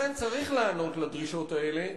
לכן, צריך להיענות לדרישות האלה.